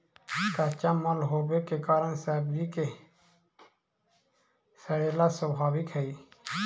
कच्चा माल होवे के कारण सब्जि के सड़ेला स्वाभाविक हइ